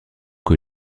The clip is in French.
que